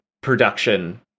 production